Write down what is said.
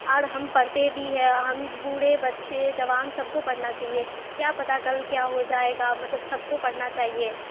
اور ہم پڑھتے بھی ہے ہم بوڑھے بچے جوان سب کو پڑھنا چاہیے کیا پتہ کل کیا ہو جائے گا مطلب سب کو پڑھنا چاہیے